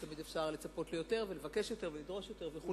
ותמיד אפשר לצפות ליותר ולבקש יותר ולדרוש יותר וכו'.